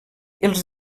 els